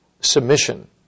submission